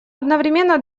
одновременно